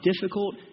difficult